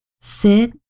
Sit